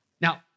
Now